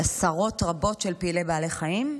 עשרות רבות של פעילי בעלי חיים.